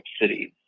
cities